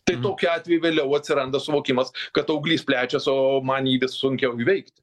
tai tokiu atveju vėliau atsiranda suvokimas kad auglys plečias o man jį vis sunkiau įveikt